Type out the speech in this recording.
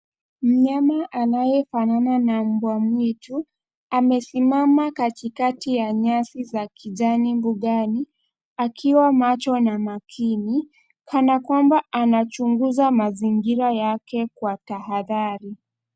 Mnyama anayefanana na mbwa mwitu amesimama katikati ya nyasi za kijani mbugani akiwa macho na makini kana kwamba anachunguza mazingira yake kwa tahadhari.